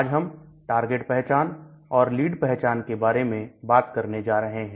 आज हम टारगेट पहचान और लीड पहचान के बारे में बात करने जा रहे हैं